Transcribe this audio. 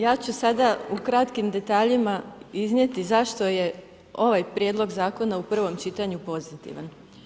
Ja ću sada u kratkim detaljima iznijeti zašto je ovaj prijedlog zakona u prvom čitanju pozitivan.